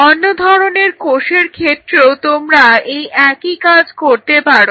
অন্য ধরনের কোষের ক্ষেত্রেও তোমরা এই একই কাজ করতে পারো